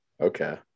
Okay